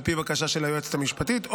על פי בקשה של היועצת המשפטית,